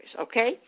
okay